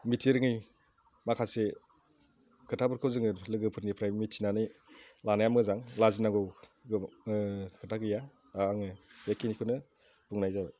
मिथिरोङै माखासे खोथाफोरखौ जोङो लोगोफोरनिफ्राय मिथिनानै लानाया मोजां लाजिनांगौ खोथा गैया आङो बेखिनिखौनो बुंनाय जाबाय